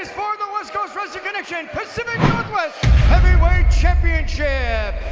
is for the west coast wrestling connection pacific heavy weight championship